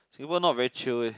Singapore not very chill eh